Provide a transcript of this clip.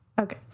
Okay